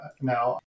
now